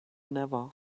never